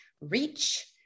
reach